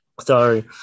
sorry